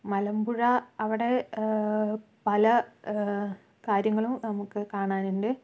മലമ്പുഴ അവിടെ പല കാര്യങ്ങളും നമുക്ക് കാണാനുണ്ട്